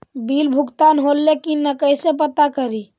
Bill भुगतान होले की न कैसे पता करी?